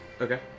Okay